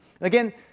Again